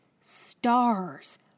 stars